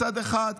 מצד אחד,